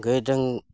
ᱜᱟᱹᱭ ᱰᱟᱹᱝ